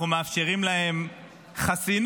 אנחנו מאפשרים לה חסינות,